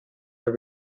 they